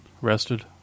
rested